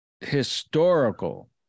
historical